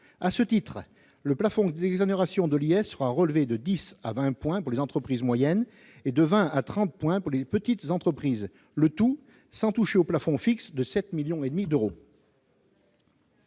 À ce titre, le plafond d'exonération de l'impôt sur les sociétés sera relevé de dix à vingt points pour les entreprises moyennes, et de vingt à trente points pour les petites entreprises, le tout sans toucher au plafond fixe de 7,5 millions d'euros.